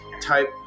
type